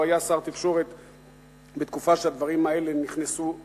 הוא היה שר התקשורת בתקופה שהדברים האלה נכנסו אלינו.